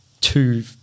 two